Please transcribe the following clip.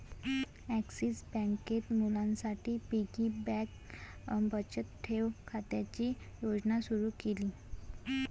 axis बँकेत मुलांसाठी piggy bank बचत ठेव खात्याची योजना सुरू केली